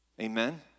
Amen